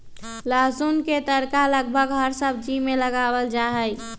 लहसुन के तड़का लगभग हर सब्जी में लगावल जाहई